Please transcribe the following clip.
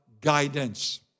guidance